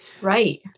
right